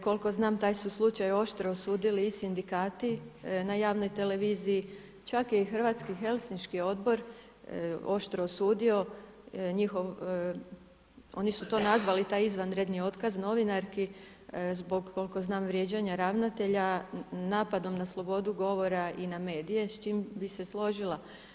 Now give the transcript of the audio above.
Koliko znam taj su slučaj oštro osudili i sindikati na javnoj televiziji, čak i Hrvatski helsinški odbor oštro osudio njihov, oni su to nazvali, taj izvanredni otkaz novinarki zbog koliko znam vrijeđanja ravnatelja napadom na slobodu govora i na medije s čim bih se složila.